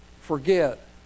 forget